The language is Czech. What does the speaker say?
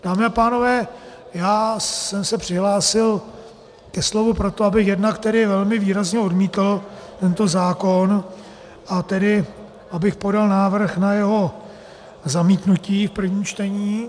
Dámy a pánové, já jsem se přihlásil ke slovu proto, abych jednak tedy velmi výrazně odmítl tento zákon, a tedy abych podal návrh na jeho zamítnutí v prvním čtení.